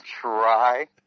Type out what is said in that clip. try